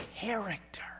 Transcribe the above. character